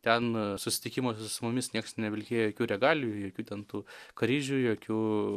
ten susitikimuose su mumis nieks nevilkėjo jokių regalijų jokių ten tų kryžių jokių